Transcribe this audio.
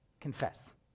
confess